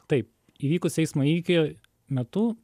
taip įvykus eismo įvykio metu